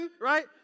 right